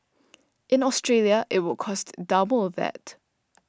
in Australia it would cost double of that